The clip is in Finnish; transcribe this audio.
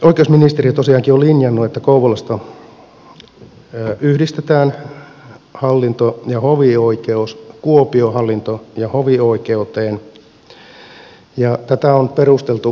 oikeusministeriö tosiaankin on linjannut että kouvolasta yhdistetään hallinto ja hovioikeus kuopion hallinto ja hovioikeuteen ja tätä on perusteltu karttamaantieteellä